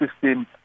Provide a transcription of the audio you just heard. system